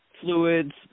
fluids